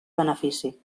benefici